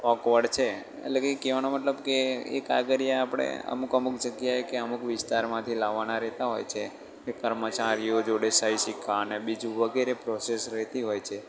awkward છે એટલે કે કહેવાનો મતલબ કે એ કાગળિયા આપણે અમુક અમુક જગ્યાએ કે અમુક વિસ્તારમાંથી લાવવાના રહેતા હોય છે એ કર્મચારીઓ જોડે સહી સિક્કા અને બીજું વગેરે પ્રોસેસ રહેતી હોય છે